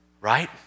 Right